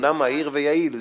אמנם מהיר ויעיל,